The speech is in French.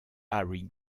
harry